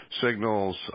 signals